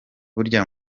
burya